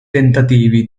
tentativi